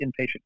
inpatient